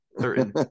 Certain